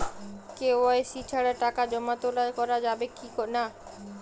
KYC ছাড়া টাকা জমা তোলা করা যাবে কি না?